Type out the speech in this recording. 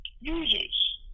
users